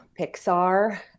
Pixar